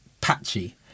patchy